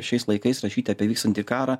šiais laikais rašyti apie vykstantį karą